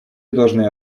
должны